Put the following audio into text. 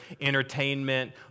entertainment